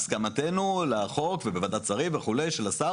הסכמתנו לחוק בוועדת השרים וכו' של השר